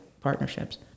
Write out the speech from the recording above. partnerships